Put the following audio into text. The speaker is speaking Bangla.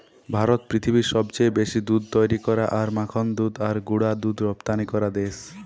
ভারত পৃথিবীর সবচেয়ে বেশি দুধ তৈরী করা আর মাখন দুধ আর গুঁড়া দুধ রপ্তানি করা দেশ